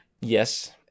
Yes